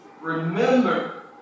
remember